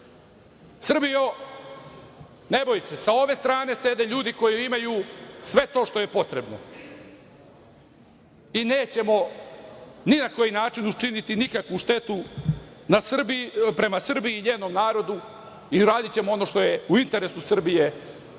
nemoj se, sa ove strane sede ljudi koji imaju sve to što je potrebno i nećemo ni na koji način učiniti nikakvu štetu Srbiji i njenom narodu i radićemo ono što je u interesu Srbije